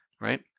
right